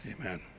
Amen